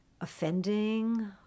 offending